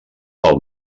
pel